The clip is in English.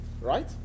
Right